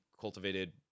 cultivated